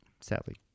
sadly